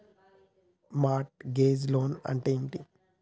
Mart gauge loan అంటే ఏమిటి?